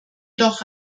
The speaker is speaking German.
doch